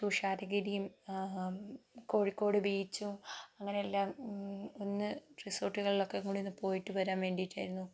തുഷാരഗിരിയും കോഴിക്കോട് ബീച്ചും അങ്ങനെ എല്ലാം ഒന്നു റിസോർട്ടുകളിലൊക്കെ കൂടി ഒന്ന് പോയിട്ട് വരാൻ വേണ്ടിയിട്ടായിരുന്നു